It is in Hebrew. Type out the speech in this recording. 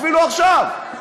אפילו עכשיו,